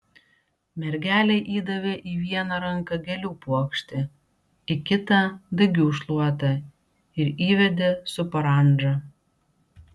mergelei įdavė į vieną ranką gėlių puokštę į kitą dagių šluotą ir įvedė su parandža